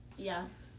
Yes